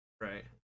right